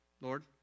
Lord